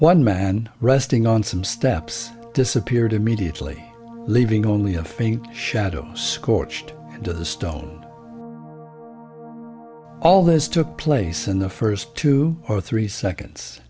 one man resting on some steps disappeared immediately leaving only a faint shadow scorched to the stone all this took place in the first two or three seconds